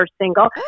single